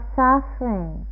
suffering